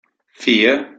vier